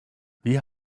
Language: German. wie